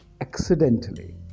accidentally